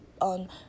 on